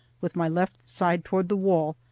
with my left side toward the wall,